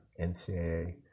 NCAA